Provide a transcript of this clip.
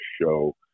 show